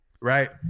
Right